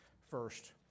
first